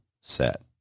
set